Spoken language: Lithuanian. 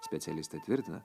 specialistai tvirtina